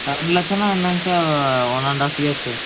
ரெண்டு லட்சன்னா என்னங்க சார் வரும் ஒன் அண்ட் ஆஃப் இயர்ஸ்ஸு